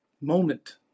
moment